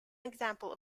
example